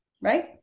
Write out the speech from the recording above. Right